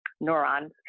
neurons